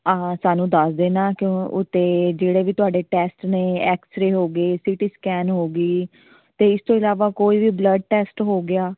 ਆ ਸਾਨੂੰ ਦੱਸ ਦੇਣਾ ਕਿਉਂ ਅਤੇ ਜਿਹੜੇ ਵੀ ਤੁਹਾਡੇ ਟੈਸਟ ਨੇ ਐਕਸਰੇ ਹੋ ਗਏ ਸਿਟੀ ਸਕੈਨ ਹੋ ਗਈ ਅਤੇ ਇਸ ਤੋਂ ਇਲਾਵਾ ਕੋਈ ਵੀ ਬਲੱਡ ਟੈਸਟ ਹੋ ਗਿਆ